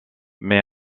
mais